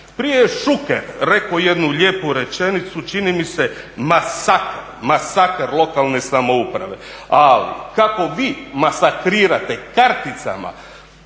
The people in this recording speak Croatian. Prije je Šuker rekao jednu lijepu rečenicu čini mi se masakr, masakr lokalne samouprave. Ali, kako vi masakrirate karticama